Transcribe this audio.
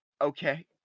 okay